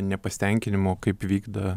nepasitenkinimo kaip vykda